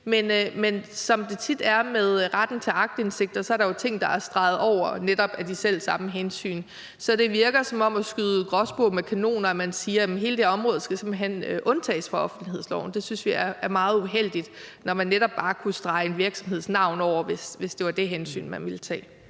Men som det tit er med retten til aktindsigter, er der jo ting, der er streget over netop af de selv samme hensyn, så det virker som at skyde gråspurve med kanoner, at man siger: Jamen hele det her område skal simpelt hen undtages fra offentlighedsloven. Det synes vi er meget uheldigt, når man netop bare kunne strege en virksomheds navn over, hvis det var det hensyn, man ville tage.